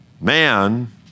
Man